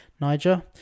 niger